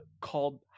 called